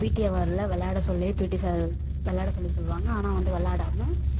PT ஹவரில் விளையாட சொல்லி பீடி சார் விளாட சொல்லி சொல்லுவாங்க ஆனால் வந்து விளாடாம